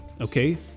okay